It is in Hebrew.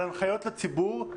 על הנחיות לציבור,